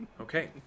Okay